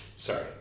Sorry